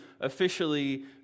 officially